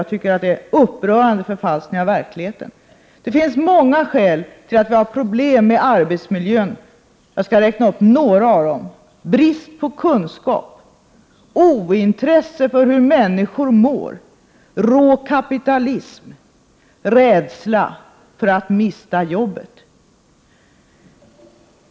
Jag tycker att det är en upprörande förfalskning av verkligheten. Det finns många skäl till att vi har problem med arbetsmiljön, och jag skall räkna upp några av dem: brist på kunskap, ointresse för hur människor mår, rå kapitalism, rädsla för att mista jobbet.